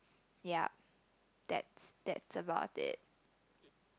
yup that's that's about it